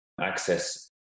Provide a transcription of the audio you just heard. access